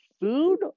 food